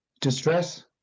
distress